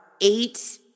eight